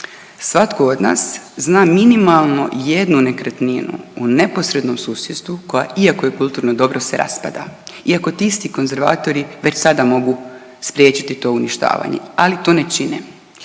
Svatko od nas zna minimalno jednu nekretninu u neposrednom susjedstvu, koja iako je kulturno dobro se raspada. Iako ti isti konzervatori već sada mogu spriječiti to uništavanje, ali to ne čine.